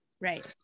Right